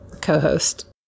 co-host